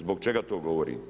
Zbog čega to govorim?